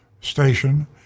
station